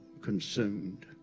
consumed